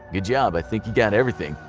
good job, i think you got everything.